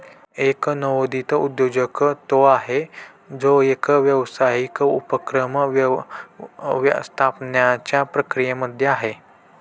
एक नवोदित उद्योजक तो आहे, जो एक व्यावसायिक उपक्रम स्थापण्याच्या प्रक्रियेमध्ये आहे